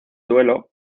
duelo